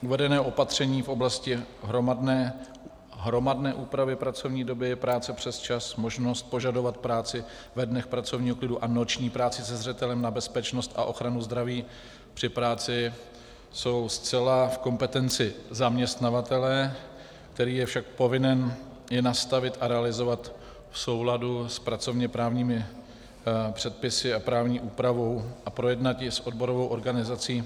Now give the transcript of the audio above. Uvedená opatření v oblasti hromadné úpravy pracovní doby i práce přesčas, možnost požadovat práci ve dnech pracovního klidu a noční práci se zřetelem na bezpečnost a ochranu zdraví při práci jsou zcela v kompetenci zaměstnavatele, který je však povinen je nastavit a realizovat v souladu s pracovněprávními předpisy a právní úpravou a projednat je s odborovou organizací.